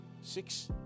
Six